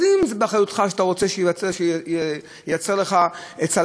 אז אם זה באחריותך ואתה רוצה שהוא ייצר לך צלחת,